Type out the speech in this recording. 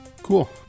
Cool